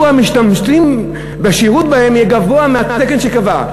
המשתמטים משירות בהן יהיה גבוה מהתקן שייקבע.